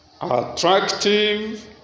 attractive